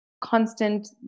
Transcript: constant